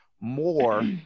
more